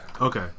okay